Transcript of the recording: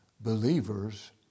Believers